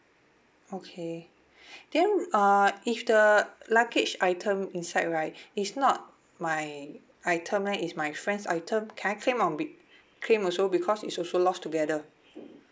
okay then uh if the luggage item inside right is not my item leh is my friend's item can I claim on be~ claim also because it's also lost together